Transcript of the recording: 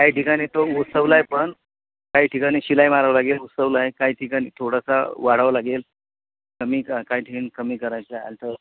काही ठिकाणी तो उसवला आहे पण काही ठिकाणी शिलाई मारावं लागेल उसवला काही ठिकाणी थोडासा वाढावावं लागेल कमी काय ठिकाणी कमी करायचं आल्टर